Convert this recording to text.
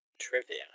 Trivia